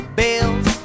bills